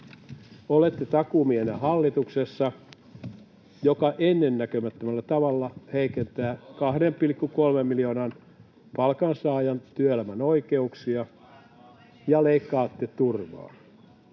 olette takuumiehenä hallituksessa, joka ennennäkemättömällä tavalla heikentää 2,3 miljoonan palkansaajan työelämän oikeuksia, ja leikkaatte turvaa.